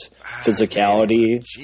physicality